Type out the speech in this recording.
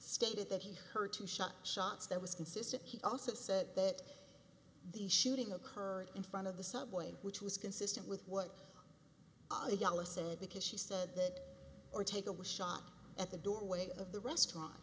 stated that he heard two shots shots that was consistent he also said that the shooting occurred in front of the subway which was consistent with what the jala said because she said that or take a was shot at the doorway of the restaurant